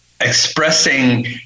expressing